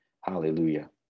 Hallelujah